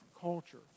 culture